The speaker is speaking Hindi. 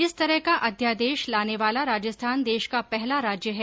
इस तरह का अध्यादेश लाने वाला राजस्थान देश का पहला राज्य है